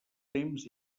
temps